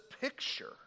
picture